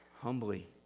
humbly